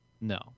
No